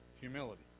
humility